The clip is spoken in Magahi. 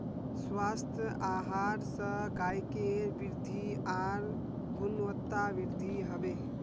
स्वस्थ आहार स गायकेर वृद्धि आर गुणवत्तावृद्धि हबे